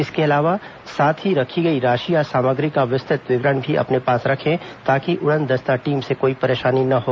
इसके अलावा साथ ही रखी गई राशि या सामग्री का विस्तृत विवरण भी अपने पास रखें ताकि उड़नदस्ता टीम से कोई परेशानी न हो